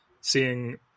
seeing